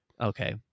Okay